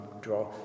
draw